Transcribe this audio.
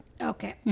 Okay